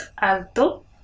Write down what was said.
alto